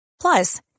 Plus